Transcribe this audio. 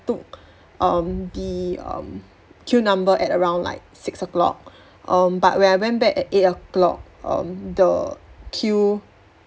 took um the um queue number at around like six o'clock um but when I went back at eight o'clock um the queue